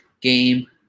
game